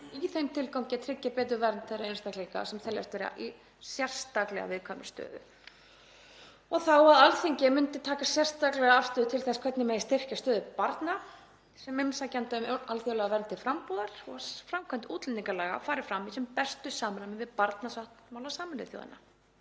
í þeim tilgangi að tryggja betur vernd þeirra einstaklinga sem teljast vera í sérstaklega viðkvæmri stöðu og þá að Alþingi myndi taka sérstaklega afstöðu til þess hvernig megi styrkja stöðu barna sem umsækjenda um alþjóðlega vernd til frambúðar og að framkvæmd útlendingalaga fari fram í sem bestu samræmi við barnasáttmála Sameinuðu þjóðanna.